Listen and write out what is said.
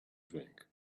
drink